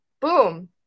boom